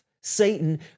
Satan